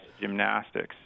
gymnastics